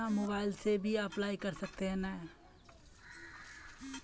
अपन मोबाईल से भी अप्लाई कर सके है नय?